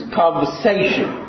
conversation